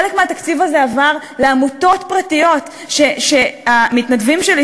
חלק מהתקציב הזה עבר לעמותות פרטיות שהמתנדבים שלי,